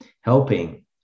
helping